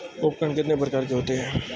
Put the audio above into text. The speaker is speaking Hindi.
उपकरण कितने प्रकार के होते हैं?